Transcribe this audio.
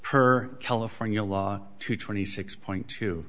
per california law to twenty six point t